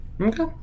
Okay